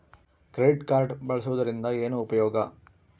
Credit card ಬಳಸುವದರಿಂದ ಏನು ಉಪಯೋಗ?